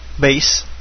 Base